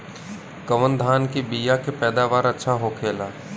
कवन धान के बीया के पैदावार अच्छा होखेला?